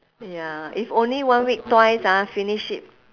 ya if only one week twice ah finish it